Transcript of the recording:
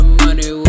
money